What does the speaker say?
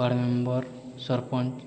ward member sarpanch